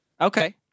Okay